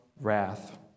wrath